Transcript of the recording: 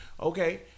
Okay